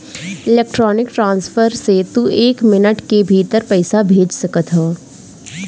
electronic transfer से तू एक मिनट के भीतर पईसा भेज सकत हवअ